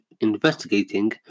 investigating